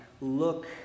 look